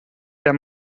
der